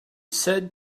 said